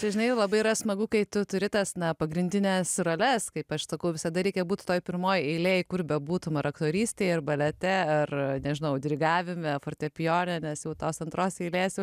tai žinai labai yra smagu kai tu turi tas na pagrindines roles kaip aš sakau visada reikia būt toj pirmoj eilėj kur bebūtum ar aktorystėj ar balete ar nežinau dirigavime fortepijoną nes jau tos antros eilės